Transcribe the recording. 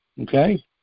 Okay